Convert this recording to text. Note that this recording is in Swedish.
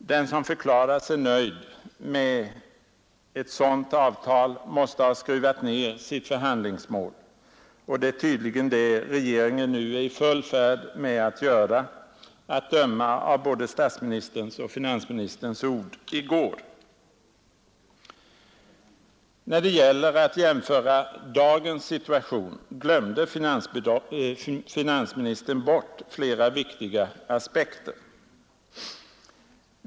Den som förklarar sig nöjd med ett sådant avtal måste ha skruvat ner sitt förhandlingsmål, och det är tydligen det regeringen nu är i full färd med att göra — att döma av både statsministerns och finansministerns ord i går. När det gäller att jämföra dagens situation glömde finansministern bort flera viktiga aspekter.